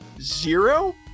zero